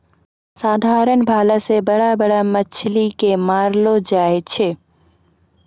साधारण भाला से बड़ा बड़ा मछली के मारलो जाय छै